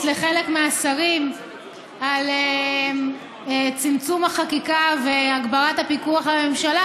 לחלק מהשרים על צמצום החקיקה והגברת הפיקוח על הממשלה.